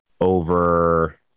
over